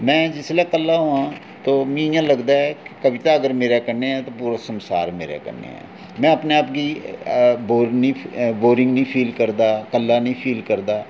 में जिसलै कल्ला होआं तां ओह् मिगी इ'यां लगदा ऐ कि कविता मेरे कन्नै ऐ ते पूरा संसार मेरे कन्नै ऐ में अपने आप गी बोर निं बोरिंग निं फील करदा कल्ला निं फील करदा